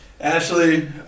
Ashley